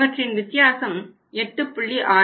இவற்றின் வித்தியாசம் 8